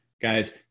Guys